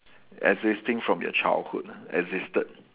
existing from your childhood lah existed